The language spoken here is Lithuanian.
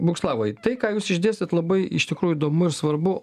boguslavai tai ką jūs išdėstėt labai iš tikrųjų įdomu ir svarbu